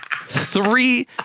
three